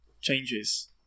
changes